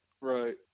Right